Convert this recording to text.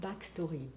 backstory